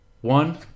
One